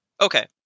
Okay